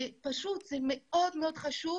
זה מאוד מאוד חשוב